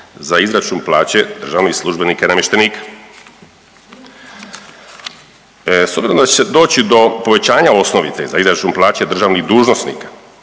za izračun plaće državnih službenika i namještenika. S obzirom da će doći do povećanja osnovice za izračun plaće državnih dužnosnika